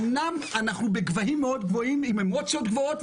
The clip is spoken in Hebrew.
אומנם אנחנו בגבהים מאוד גבוהות ועם אמוציות גבוהות,